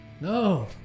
No